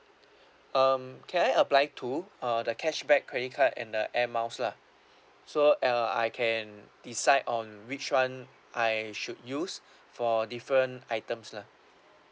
um can I apply two uh the cashback credit card and the air miles lah so err I can decide on which one I should use for different items lah